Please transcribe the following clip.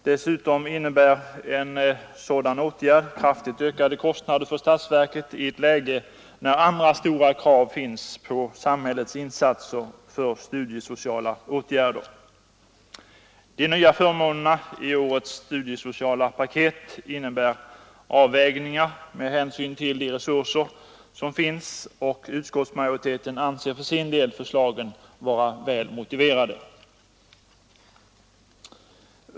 Dessutom innebär en sådan åtgärd kraftigt ökade kostnader för statsverket i ett läge, när andra stora krav finns på samhället för studiesociala åtgärder. De nya förmånerna i årets studiesociala paket innebär avvägningar med hänsyn till de resurser som finns, och utskottsmajoriteten anser för sin del förslagen vara väl motiverade.